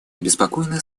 обеспокоена